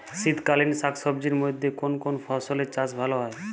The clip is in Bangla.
শীতকালীন শাকসবজির মধ্যে কোন কোন ফসলের চাষ ভালো হয়?